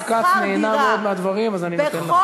השר כץ נהנה מאוד מהדברים, אז אני נותן לך עוד.